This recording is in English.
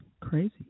crazy